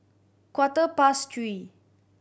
quarter past three